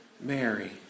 Mary